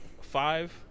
Five